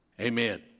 Amen